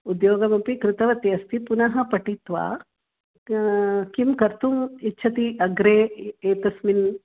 उद्योगमपि कृतवती अस्ति पुनः पठित्वा किं कर्तुम् इच्छति अग्रे एतस्मिन्